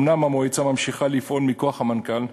אומנם המועצה ממשיכה לפעול מכוח המנכ"ל,